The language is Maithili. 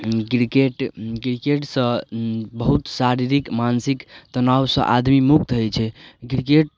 क्रिकेट क्रिकेटसँ बहुत शारीरिक मानसिक तनावसँ आदमी मुक्त होइ छै क्रिकेट